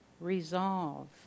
resolve